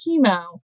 chemo